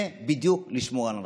זה בדיוק לשמור על ההנחיות.